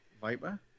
Viper